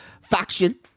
faction